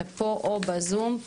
אתה פה או בזום ?